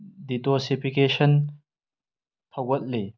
detoxification ꯊꯧꯒꯠꯂꯤ